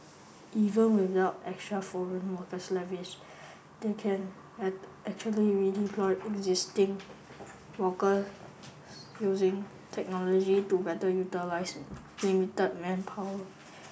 even without extra foreign worker levies they can at actually redeploy existing workers using technology to better utilise limited manpower